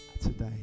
today